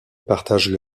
partagent